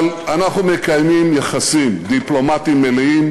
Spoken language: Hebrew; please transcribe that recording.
אבל אנחנו מקיימים יחסים דיפלומטיים מלאים